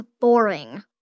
boring